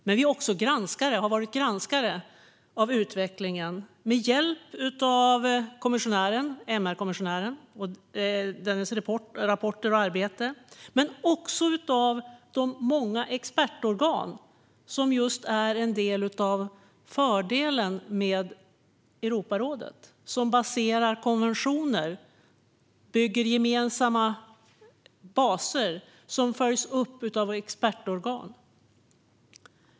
Men vi är också granskare och har granskat utvecklingen med hjälp av MR-kommissionären och dennes rapporter och arbete. Det har också skett med hjälp av de många expertorgan som är en del av fördelen med Europarådet. De baserar konventioner och bygger gemensamma baser som följs upp av expertorgan.